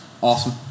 awesome